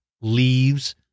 leaves